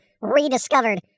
rediscovered